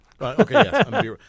Okay